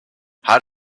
hat